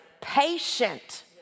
Patient